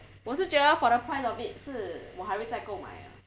我是觉得 for the price of it 是我还会再购买 ah